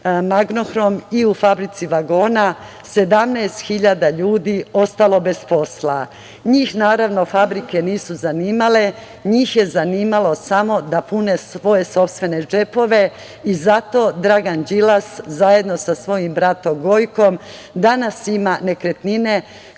„Magnohrom“ i u fabrici vagona 17.000 ljudi ostalo bez posla. Njih, naravno, fabrike nisu zanimale, njih je zanimalo samo da pune svoje sopstvene džepove. Zato Dragan Đilas, zajedno sa svojim bratom Gojkom, danas ima nekretnine koje